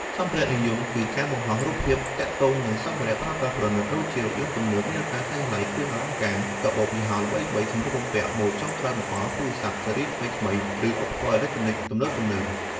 សម្ភារៈនិយមគឺ ការបង្ហោះរូបភាពទាក់ទងនឹងសម្ភារៈប្រើប្រាស់ប្រណីតដូចជារថយន្តទំនើប នាឡិកាថ្លៃៗ គ្រឿងអលង្ការ កាបូបយីហោល្បីៗ សម្លៀកបំពាក់ម៉ូដចុងក្រោយបង្អស់ ទូរស័ព្ទស៊េរីថ្មីៗ ឬឧបករណ៍អេឡិចត្រូនិចទំនើបៗ។